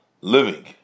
living